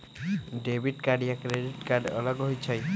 Debit card या credit card अलग होईछ ई?